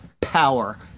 power